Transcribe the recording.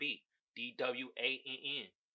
D-W-A-N-N